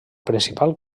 principal